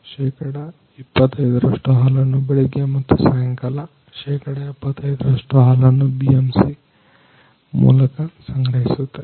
ಶೇಕಡಾ 25ರಷ್ಟು ಹಾಲನ್ನ ಬೆಳಗ್ಗೆ ಮತ್ತು ಸಾಯಂಕಾಲ ಶೇಕಡಾ 75ರಷ್ಟು ಹಾಲನ್ನ BMC ಮೂಲಕ ಸಂಗ್ರಹಿಸುತ್ತೇವೆ